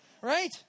Right